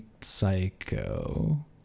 Psycho